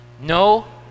No